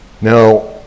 Now